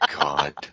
god